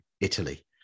Italy